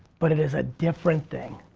but it is a different thing.